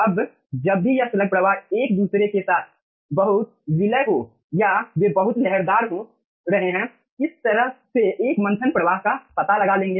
अब जब भी यह स्लग प्रवाह एक दूसरे के साथ बहुत विलय हो या वे बहुत लहरदार हो रहे हैं इस तरह से एक मंथन प्रवाह का पता लगा लेंगे